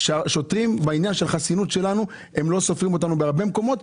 כי השוטרים בעניין החסינות שלנו לא סופרים אותנו בהרבה מקומות.